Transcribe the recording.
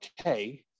okay